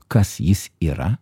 kas jis yra